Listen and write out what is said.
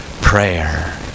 prayer